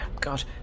God